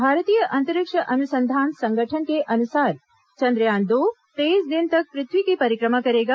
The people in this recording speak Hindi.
भारतीय अंतरिक्ष अनुसंधान संगठन के अनुसार चंद्रयान दो तेईस दिन तक पृथ्वी की परिक्रमा करेगा